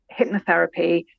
hypnotherapy